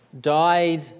died